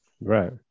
Right